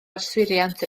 yswiriant